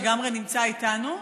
שלגמרי נמצא איתנו.